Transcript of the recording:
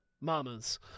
Mamas